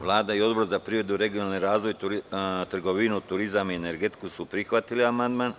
Vlada i Odbor za privredu, regionalni razvoj, trgovinu, turizam i energetiku su prihvatili amandman.